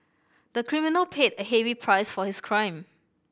the criminal paid a heavy price for his crime